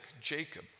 Jacob